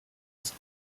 ist